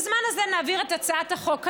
בזמן הזה נעביר את הצעת החוק הזאת,